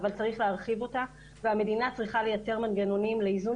אבל צריך להרחיב אותה והמדינה צריכה לייצר מנגנונים להיזון